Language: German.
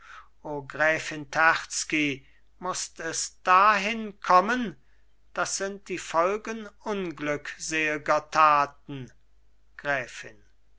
mußt es dahin kommen das sind die folgen unglückselger taten gräfin